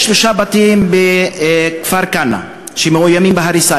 יש שלושה בתים בכפר-כנא שמאוימים בהריסה.